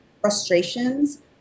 frustrations